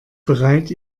bereit